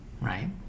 Right